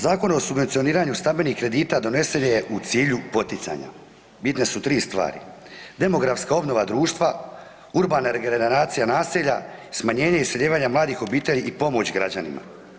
Zakon o subvencioniranju stambenih kredita donesen je u cilju poticanja, bitne su tri stvari demografska obnova društva, urbana regeneracija naselja, smanjenje iseljavanja mladih obitelji i pomoć građanima.